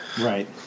Right